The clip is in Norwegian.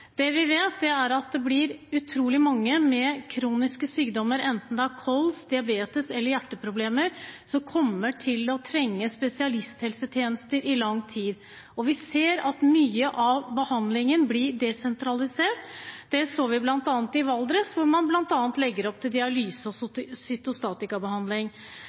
Det vi vet, er at det blir utrolig mange med kroniske sykdommer, enten det er kols, diabetes eller hjerteproblemer, som kommer til å trenge spesialisthelsetjenester i lang tid, og vi ser at mye av behandlingen blir desentralisert. Det så vi bl.a. i Valdres, hvor man bl.a. legger opp til dialyse og